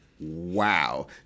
wow